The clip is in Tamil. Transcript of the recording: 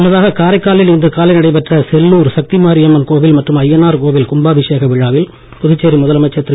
முன்னதாக காரைக்காலில் இன்று காலை நடைபெற்ற செல்லூர் சக்தி மாரியம்மன் கோவில் மற்றும் அய்யனார் கோவில் கும்பாபிஷேக விழாவில் புதுச்சேரி முதலமைச்சர் திரு